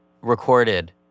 recorded